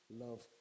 love